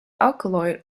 alkaloid